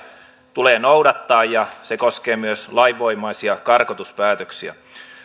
tulee noudattaa ja se koskee myös lainvoimaisia karkotuspäätöksiä